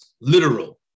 literal